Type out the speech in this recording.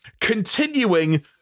continuing